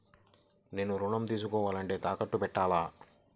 నేను ఋణం తీసుకోవాలంటే తాకట్టు పెట్టాలా?